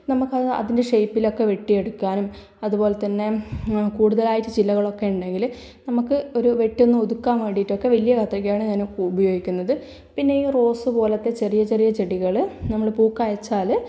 നമുക്കത് അതിൻ്റെ ഷേപ്പിലൊക്കെ വെട്ടിയെടുക്കാനും അതുപോലെ തന്നെ കൂടുതലായിട്ട് ചില്ലകളൊക്കെ ഉണ്ടെങ്കിൽ നമ്മൾക്ക് ഒരു വെട്ടി ഒന്ന് ഒതുക്കാൻ വേണ്ടിയിട്ടൊക്കെ വലിയ കത്രികയാണ് ഞാൻ ഉപയോഗിക്കുന്നത് പിന്നെ ഈ റോസ് പോലത്തെ ചെറിയ ചെറിയ ചെടികൾ നമ്മൾ പൂ കായ്ച്ചാൽ